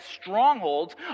strongholds